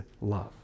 love